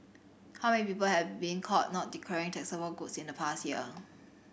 how many people have been caught not declaring taxable goods in the past year